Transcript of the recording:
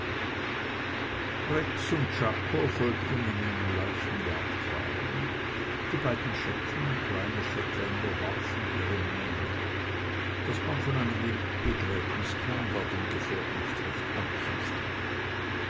rex und czako folgten in einem leichten jagdwagen die beiden schecken kleine shetländer warfen ihre mähnen daß man von einem begräbnis kam war dem gefährt nicht recht anzusehen